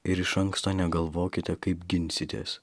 ir iš anksto negalvokite kaip ginsitės